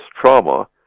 trauma